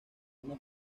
una